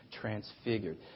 transfigured